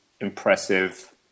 impressive